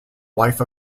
wife